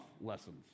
lessons